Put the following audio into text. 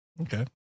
Okay